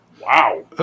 Wow